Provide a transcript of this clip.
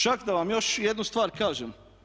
Čak da vam još jednu stvar kažem.